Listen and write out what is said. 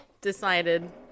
decided